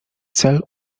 cel